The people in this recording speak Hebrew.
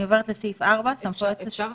אם צריך